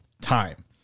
time